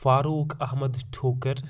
Farooq Ahmad Thokar